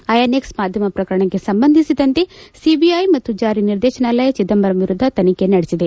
INX ಮಾಧ್ಯಮ ಪ್ರಕರಣಕ್ಕೆ ಸಂಬಂಧಿಸಿದಂತೆ ಸಿಬಿಐ ಮತ್ತು ಜಾರಿ ನಿರ್ದೇಶನಾಲಯ ಚಿದಂಬರಂ ವಿರುದ್ದ ತನಿಖೆ ನಡೆಸಿದೆ